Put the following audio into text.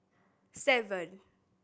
seven